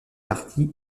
partie